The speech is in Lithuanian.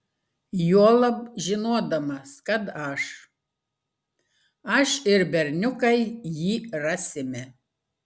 juolab žinodamas kad aš aš ir berniukai jį rasime